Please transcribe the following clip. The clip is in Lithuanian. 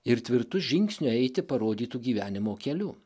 ir tvirtu žingsniu eiti parodytu gyvenimo keliu